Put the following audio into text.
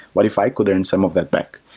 what if i could earn some of that back?